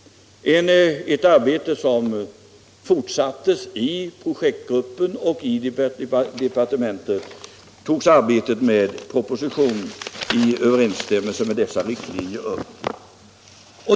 Arbetet fortsattes i projektgruppen, och i departementet togs arbetet med propositionen upp i överensstämmelse med dessa riktlinjer.